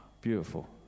beautiful